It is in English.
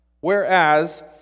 Whereas